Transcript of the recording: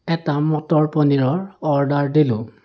এটা মটৰ পনীৰৰ অৰ্ডাৰ দিলোঁ